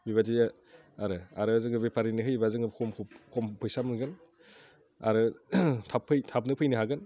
बेबायदि आरो आरो जोङो बेपारिनो होयोबा जोङो खम खम फैसा मोनगोन आरो थाबनो फैनो हागोन